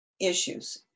issues